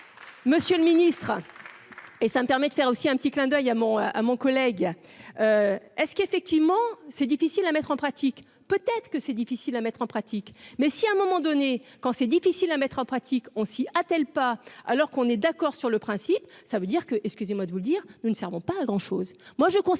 Monsieur le Ministre. Et ça me permet de faire aussi un petit clin d'oeil à mon à mon collègue est-ce qu'effectivement c'est difficile à mettre en pratique, peut-être que c'est difficile à mettre en pratique, mais si à un moment donné, quand c'est difficile à mettre en pratique, on s'y a-t-elle pas alors qu'on est d'accord sur le principe, ça veut dire que, excusez-moi de vous le dire : nous ne Servent pas à grand chose,